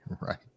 Right